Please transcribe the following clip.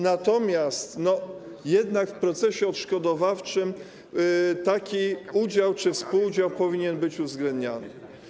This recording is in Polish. Natomiast jednak w procesie odszkodowawczym taki udział czy współudział powinien być uwzględniany.